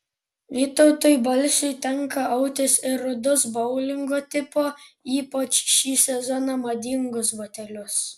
vytautui balsiui tenka autis ir rudus boulingo tipo ypač šį sezoną madingus batelius